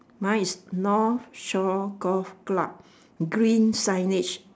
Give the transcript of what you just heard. mine is north shore golf club green signage